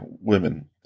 women